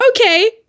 okay